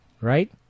Right